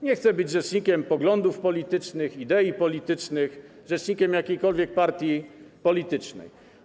Nie chce być rzecznikiem poglądów politycznych, idei politycznych, rzecznikiem jakiejkolwiek partii politycznej.